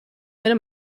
eine